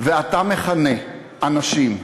ואתה מכנה אנשים,